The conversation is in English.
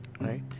right